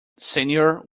senior